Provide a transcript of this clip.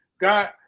God